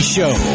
Show